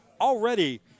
already